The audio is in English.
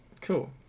cool